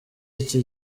iki